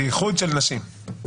בייחוד של נשים.